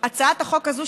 הצעת החוק הזו,